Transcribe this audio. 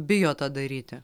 bijo tą daryti